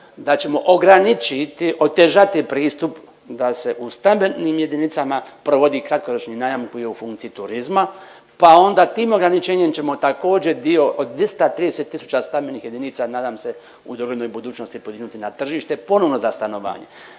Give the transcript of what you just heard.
da ćemo ograničiti, otežati pristup da se u stambenim jedinicama provodi kratkoročni najam koji je u funkciji turizma, pa onda tim ograničenjem ćemo također, dio od 230 tisuća stambenih jedinica, nadam se, u dovoljnoj budućnosti, podignuti na tržište, ponovno za stanovanje.